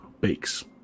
Bakes